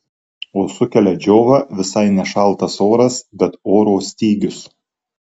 o sukelia džiovą visai ne šaltas oras bet oro stygius